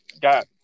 got